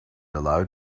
allowed